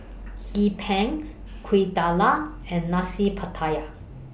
Hee Pan Kuih Dadar and Nasi Pattaya